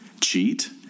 cheat